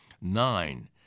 nine